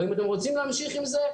ואם אתם רוצים להמשיך עם זה,